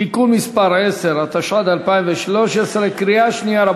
(תיקון מס' 10), התשע"ד 2013, קריאה שנייה.